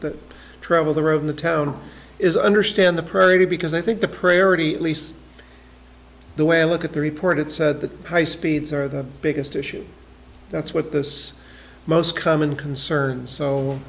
the travel the road in the town is understand the prairie because i think the priority at least the way i look at the report it said the high speeds are the biggest issue that's with this most common concern so